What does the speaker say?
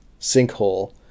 sinkhole